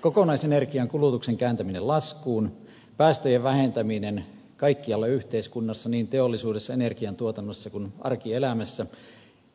kokonaisenergiankulutuksen kääntäminen laskuun päästöjen vähentäminen kaikkialla yhteiskunnassa niin teollisuudessa energian tuotannossa kun arkielämässä